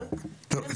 אבל --- טוב,